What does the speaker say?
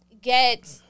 get